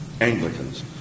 Anglicans